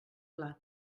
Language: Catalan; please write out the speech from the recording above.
plat